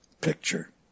picture